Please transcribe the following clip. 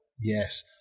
Yes